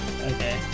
Okay